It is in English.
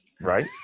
right